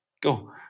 go